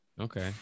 Okay